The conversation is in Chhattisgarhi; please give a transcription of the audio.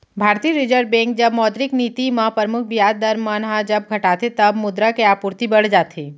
भारतीय रिर्जव बेंक जब मौद्रिक नीति म परमुख बियाज दर मन ह जब घटाथे तब मुद्रा के आपूरति बड़ जाथे